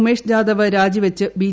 ഉമേഷ് ജാദവ് രാജി വച്ച് ബി